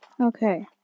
Okay